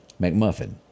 McMuffin